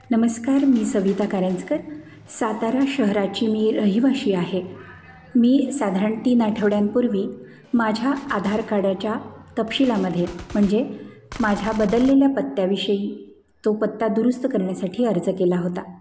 नमस्कार मी सविता कारेंजकर सातारा शहराची मी रहिवाशी आहे मी साधारण तीन आठवड्यांपूर्वी माझ्या आधार कार्डाच्या तपशिलामध्ये म्हणजे माझ्या बदललेल्या पत्त्याविषयी तो पत्ता दुरुस्त करण्यासाठी अर्ज केला होता